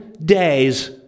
days